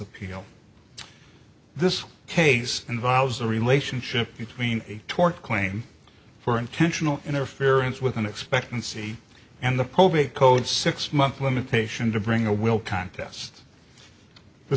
appeal this case involves the relationship between a tort claim for intentional interference with an expectancy and the probate code six months limitation to bring a will contest the